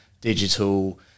digital